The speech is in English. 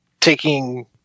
taking